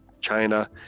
China